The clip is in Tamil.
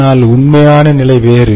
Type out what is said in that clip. ஆனால் உண்மையான நிலை வேறு